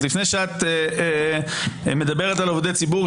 לפני שאת מדברת על עובדי ציבור,